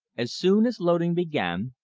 as soon as loading began,